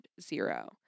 zero